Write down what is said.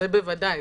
זה בוודאי.